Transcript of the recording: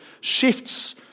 shifts